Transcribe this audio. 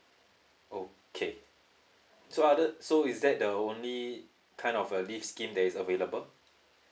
okay so other so is that the only kind of err leave scheme that is available